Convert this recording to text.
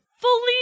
fully